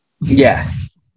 Yes